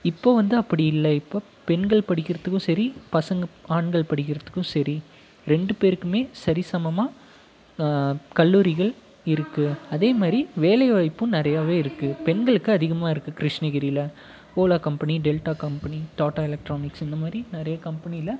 இப்போது வந்து அப்படி இல்லை இப்போது பெண்கள் படிக்கிறத்துக்கும் சரி பசங்க ஆண்கள் படிக்கிறத்துக்கும் சரி ரெண்டு பேருக்குமே சரி சமமாக கல்லூரிகள் இருக்குது அதேமாரி வேலை வாய்ப்பும் நிறையாவே இருக்குது பெண்களுக்கு அதிகமாக இருக்குது கிருஷ்ணகிரியில் Ola company Delta company Tata electronics இந்தமாதிரி நிறைய கம்பெனியில்